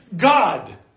God